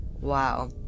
wow